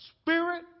Spirit